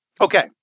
Okay